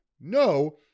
No